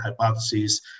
hypotheses